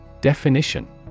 Definition